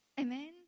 Amen